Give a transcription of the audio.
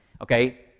Okay